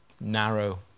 narrow